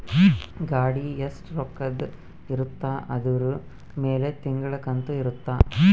ಗಾಡಿ ಎಸ್ಟ ರೊಕ್ಕದ್ ಇರುತ್ತ ಅದುರ್ ಮೇಲೆ ತಿಂಗಳ ಕಂತು ಇರುತ್ತ